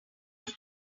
them